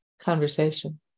conversation